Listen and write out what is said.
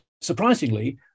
surprisingly